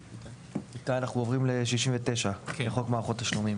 אנחנו עוברים ל-69, לחוק מערכות תשלומים.